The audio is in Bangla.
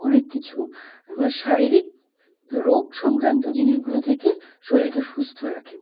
অনেক কিছু শারীরিক রোগ সংক্রান্ত জিনিসগুলো থেকে শরীরকে সুস্থ রাখে